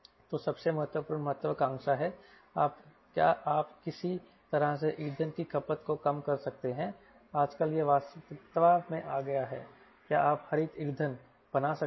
तो सबसे महत्वपूर्ण महत्वाकांक्षा है क्या आप किसी तरह से ईंधन की खपत को कम कर सकते हैं आजकल यह वास्तविकता में आ गया है क्या आप हरित ईंधन बना सकते हैं